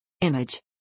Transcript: Image